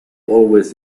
always